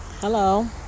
hello